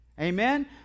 Amen